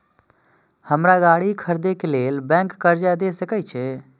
हमरा गाड़ी खरदे के लेल बैंक कर्जा देय सके छे?